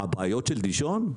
הבעיות של דישון?